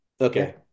okay